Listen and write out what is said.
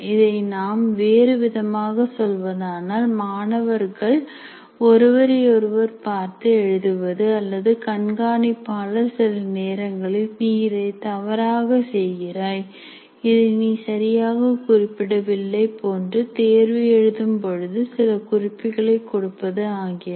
இதை நாம் வேறு விதமாக சொல்வதானால் மாணவர்கள் ஒருவரை ஒருவர் பார்த்து எழுதுவது அல்லது கண்காணிப்பாளர் சில நேரங்களில் " நீ இதை தவறாக செய்கிறாய் இதை நீ சரியாக குறிப்பிடவில்லை" போன்று தேர்வு எழுதும் போது சில குறிப்புகளை கொடுப்பது ஆகியன